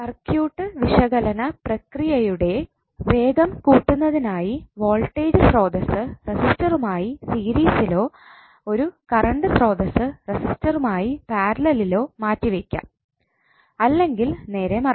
circuit വിശകലന പ്രക്രിയയുടെ വേഗം കൂട്ടുന്നതിനായി വോൾട്ടേജ് സ്രോതസ്സ് റെസിസ്റ്ററുമായി സീരീസിലോ ഒരു കറണ്ട് സ്രോതസ്സ് റെസിസ്റ്ററുമായി പാരലലിലോ മാറ്റിവയ്ക്കാം അല്ലെങ്കിൽ നേരെ മറിച്ച്